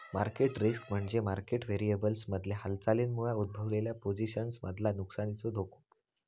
market risk म्हणजे market व्हेरिएबल्समधल्या हालचालींमुळे उद्भवलेल्या पोझिशन्समधल्या नुकसानीचो धोको